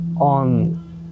on